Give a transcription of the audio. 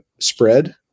spread